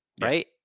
right